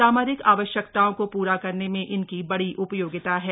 सामरिक आवश्यकताओं को पूरा करने में इनकी बड़ी उपयोगिता है